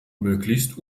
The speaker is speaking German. möglichst